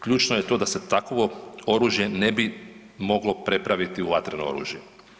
Ključno je to da se takvo oružje ne bi moglo prepraviti u vatreno oružje.